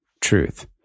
truth